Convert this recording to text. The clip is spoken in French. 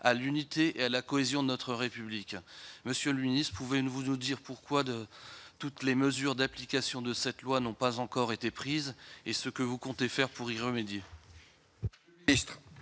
à l'unité et la cohésion de notre République, monsieur le Ministre, pouvez nous vous nous dire pourquoi, de toutes les mesures d'application de cette loi n'ont pas encore été prise, est ce que vous comptez faire pour y remédier.